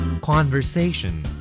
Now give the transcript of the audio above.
conversation